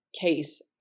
case